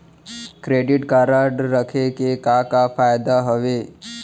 Credit card रखे के का का फायदा हवे?